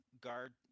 guard